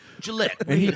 Gillette